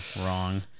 wrong